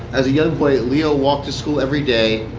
as a young boy, leo walked to school every day,